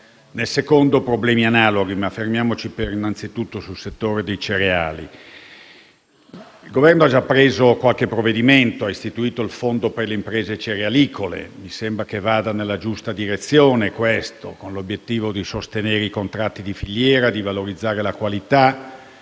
ci sono problemi analoghi. Soffermiamoci innanzitutto sul settore dei cereali. Il Governo ha già preso qualche provvedimento: ha istituito il Fondo per le imprese cerealicole e mi sembra che questo vada nella giusta direzione, con l'obiettivo di sostenere i contratti di filiera, di valorizzare la qualità,